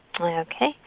Okay